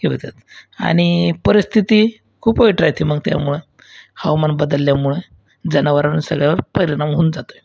हे होतात आणि परिस्थिती खूप वाईट राहते मग त्यामुळं हवामान बदलल्यामुळे जनावरांवर सगळ्यावर परिणाम होऊन जातोय